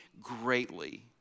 greatly